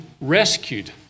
rescued